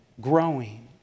growing